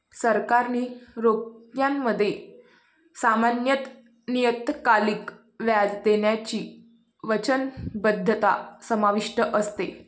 सरकारी रोख्यांमध्ये सामान्यत नियतकालिक व्याज देण्याची वचनबद्धता समाविष्ट असते